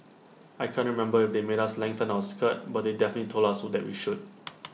I can't remember if they made us lengthen our skirt but they definitely told us what that we should